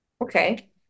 Okay